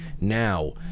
now